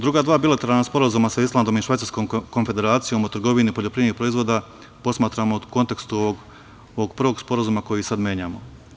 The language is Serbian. Druga dva bilateralna sporazuma sa Islandom i Švajcarskom konfederacijom o trgovini poljoprivrednih proizvoda posmatramo u kontekstu ovog prvog sporazuma koji sad menjamo.